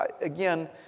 again